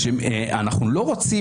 שאנחנו לא רוצים